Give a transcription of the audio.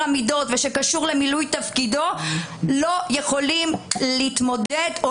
המידות ולמילוי תפקידו לא יכולים להתמודד.